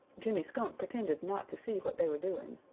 jimmy skunk pretended not to see what they were doing.